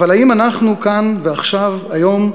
אבל, האם אנחנו כאן ועכשיו, היום,